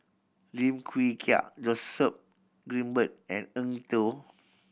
Lim Wee Kiak Joseph Grimberg and Eng Tow